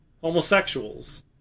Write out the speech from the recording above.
homosexuals